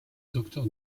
docteur